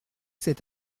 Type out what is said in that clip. cet